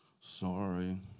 Sorry